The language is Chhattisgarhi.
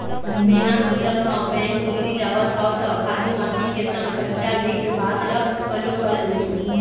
मेंहा सोचत हव बेंक कोती जावत हव त खातू माटी के संग करजा ले के बात ल घलोक कर लुहूँ